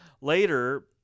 later